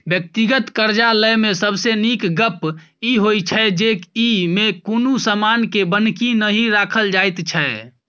व्यक्तिगत करजा लय मे सबसे नीक गप ई होइ छै जे ई मे कुनु समान के बन्हकी नहि राखल जाइत छै